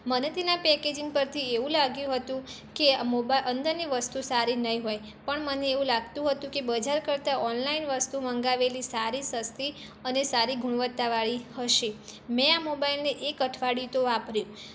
મને તેનાં પેકેજિંગ પરથી એવું લાગ્યું હતું કે અ મોબા અંદરની વસ્તુ સારી નહીં હોય પણ મને એવું લાગતું હતું કે બજાર કરતાં ઓનલાઇન વસ્તુ મંગાવેલી સારી સસ્તી અને સારી ગુણવત્તાવાળી હશે મેં આ મોબાઇલને એક અઠવાડિયું તો વાપર્યું